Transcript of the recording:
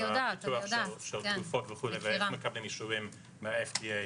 זה היסטוריה של איך מכניסים תרופות ואיך מקבלים אישורים מה-FDA.